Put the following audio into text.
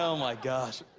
so my gosh.